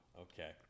Okay